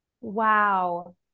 Wow